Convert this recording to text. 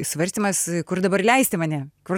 svarstymas kur dabar leisti mane kur